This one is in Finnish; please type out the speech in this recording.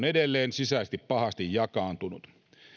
edelleen sisäisesti pahasti jakaantunut